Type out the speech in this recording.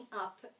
up